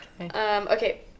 okay